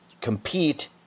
compete